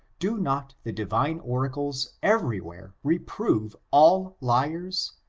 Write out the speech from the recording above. do not the divine oracles every where reprove all liars,